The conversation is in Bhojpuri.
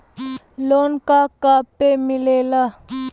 लोन का का पे मिलेला?